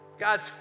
God's